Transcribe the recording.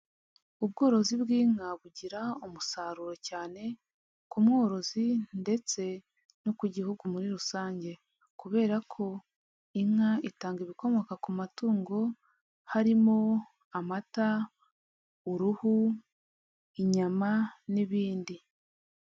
Ubworozi bw'inka bugira umusaruro cyane ku mworozi ndetse no ku gihugu muri rusange, kubera ko inka itanga ibikomoka ku matungo harimo amata, uruhu, inyama n'ibindi.